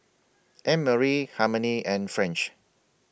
Annmarie Harmony and French